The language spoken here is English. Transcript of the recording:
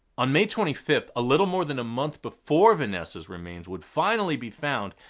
on may twenty fifth, a little more than a month before vanessa's remains would finally be found,